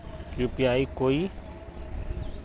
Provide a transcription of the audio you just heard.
UPI कोई